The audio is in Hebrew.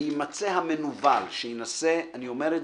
ויימצא המנוול שינסה אני אומר,